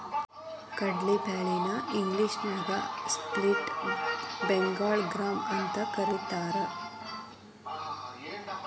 ಕಡ್ಲಿ ಬ್ಯಾಳಿ ನ ಇಂಗ್ಲೇಷನ್ಯಾಗ ಸ್ಪ್ಲಿಟ್ ಬೆಂಗಾಳ್ ಗ್ರಾಂ ಅಂತಕರೇತಾರ